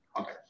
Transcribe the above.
Okay